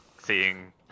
Seeing